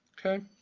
okay?